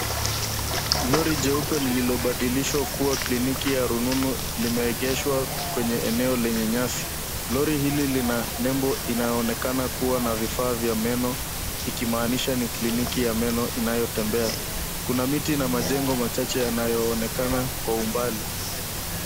Lori jeupe lililo badilishwa kuwa kliniki ya rununu lime egeshwa kwenye eneo lenye nyasi, lori hili lina nembo inayonekana kuwa na vifaa vya meno iki maanisha ni kliniki ya meno inayo tembea. Kuna miti na majengo machache yanayo onekana kwa umbali.